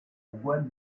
boîte